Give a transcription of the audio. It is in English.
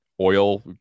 oil